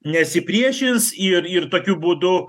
nesipriešins ir ir tokiu būdu